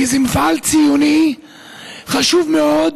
כי המכינות האלו זה מפעל ציוני חשוב מאוד,